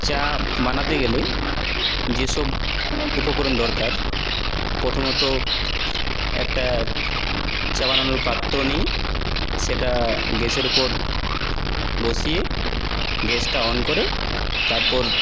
চা বানাতে গেলে যেসব উপকরণ দরকার প্রথমত একটা চা বানানোর পাত্র নিই সেটা গ্যাসের ওপর বসিয়ে গ্যাসটা অন করে তারপর